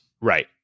Right